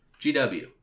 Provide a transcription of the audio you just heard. GW